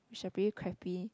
which are pretty crappy